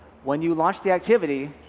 when you launch the activity,